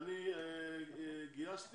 עת אני גייסתי,